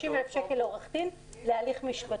30,000 שקל לעורך דין להליך משפטי.